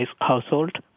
household